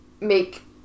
make